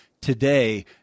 today